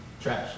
trash